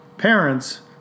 parents